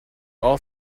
all